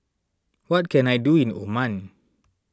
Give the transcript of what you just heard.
what can I do in Oman